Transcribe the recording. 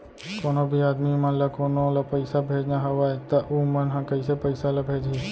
कोन्हों भी आदमी मन ला कोनो ला पइसा भेजना हवय त उ मन ह कइसे पइसा ला भेजही?